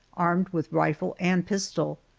armed with rifle and pistol,